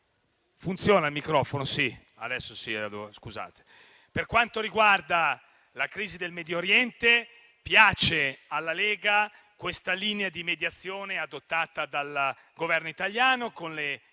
Per quanto riguarda la crisi in Medio Oriente, piace alla Lega la linea di mediazione adottata dal Governo italiano, con le